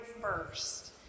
first